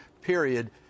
period